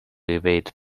evade